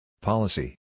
Policy